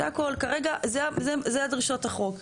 כרגע זה דרישות החוק.